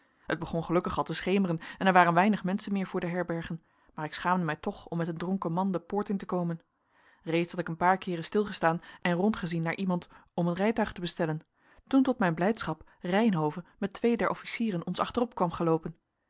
het begon gelukkig al te schemeren en er waren weinig menschen meer voor de herbergen maar ik schaamde mij toch om met een dronken man de poort in te komen reeds had ik een paar keeren stilgestaan en rondgezien naar iemand om een rijtuig te bestellen toen tot mijn blijdschap reynhove met twee der officieren ons achterop kwam geloopen